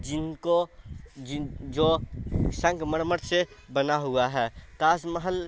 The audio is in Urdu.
جن کو جو سنگ مرمر سے بنا ہوا ہے تاج محل